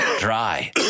Dry